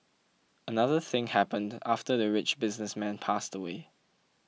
another thing happened after the rich businessman passed away